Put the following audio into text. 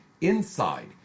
INSIDE